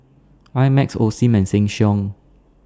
I Max Osim and Sheng Siong